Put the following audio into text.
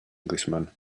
englishman